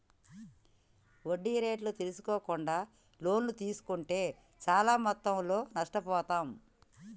వడ్డీ రేట్లు తెల్సుకోకుండా లోన్లు తీస్కుంటే చానా మొత్తంలో నష్టపోతాం